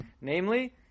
Namely